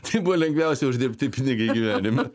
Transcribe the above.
tai buvo lengviausiai uždirbti pinigai gyvenime